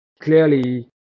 clearly